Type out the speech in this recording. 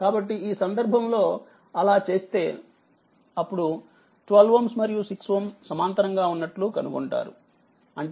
కాబట్టిఈ సందర్భంలోఅలాచేస్తేఅప్పుడు12Ωమరియు6Ω సమాంతరంగా ఉన్నట్లు కనుగొంటారుఅంటే 126126